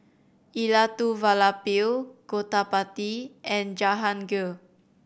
Elattuvalapil Gottipati and Jahangir